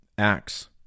Acts